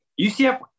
UCF